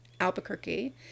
Albuquerque